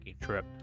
trip